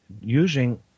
using